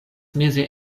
meze